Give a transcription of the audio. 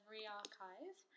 Rearchive